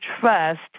trust